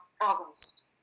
August